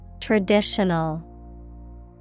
Traditional